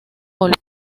golpe